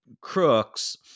crooks